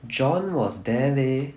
john was there leh